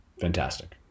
fantastic